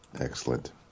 excellent